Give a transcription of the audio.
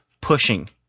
pushing